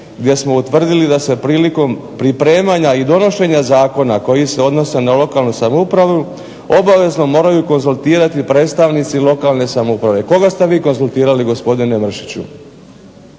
gdje smo utvrdili da se prilikom pripremanja i donošenja zakona koji se odnose na lokalnu samoupravu obavezno moraju konzultirati predstavnici lokalne samouprave. Koga ste vi konzultirali gospodine Mršiću?